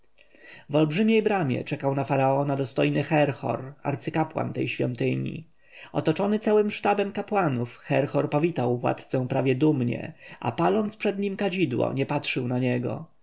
olbrzymiej bramie czekał na faraona dostojny herhor arcykapłan tej świątyni otoczony całym sztabem kapłanów herhor powitał władcę prawie dumnie a paląc przed nim kadzidło nie patrzył na niego